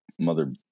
mother